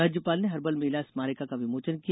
राज्यपाल ने हर्बल मेला स्मारिका का विमोचन किया